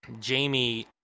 Jamie